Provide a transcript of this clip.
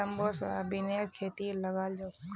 jumbo सोयाबीनेर खेती लगाल छोक